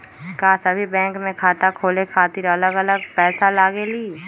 का सभी बैंक में खाता खोले खातीर अलग अलग पैसा लगेलि?